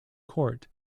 court